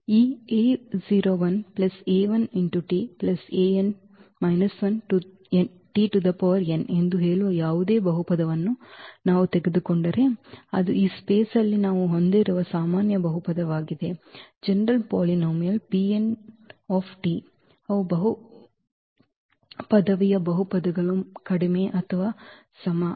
ಈ ಎಂದು ಹೇಳುವ ಯಾವುದೇ ಬಹುಪದವನ್ನು ನಾವು ತೆಗೆದುಕೊಂಡರೆ ಅದು ಈ ಸ್ಪೇಸ್ದಲ್ಲಿ ನಾವು ಹೊಂದಿರುವ ಸಾಮಾನ್ಯ ಬಹುಪದವಾಗಿದೆ ಅವು ಪದವಿಯ ಬಹುಪದಗಳು ಕಡಿಮೆ ಅಥವಾ ಸಮ n